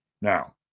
Now